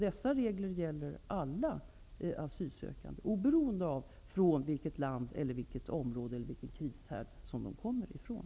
Dessa regler gäller alla asylsökande oberoende av vilket land, område eller krishärd de kommer från.